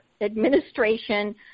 administration